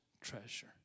treasure